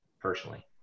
personally